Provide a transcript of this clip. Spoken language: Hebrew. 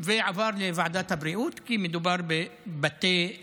ועבר לוועדת הבריאות, כי מדובר בבתי חולים.